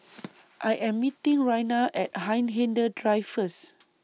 I Am meeting Raina At Hindhede Drive First